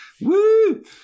Woo